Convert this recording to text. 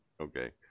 Okay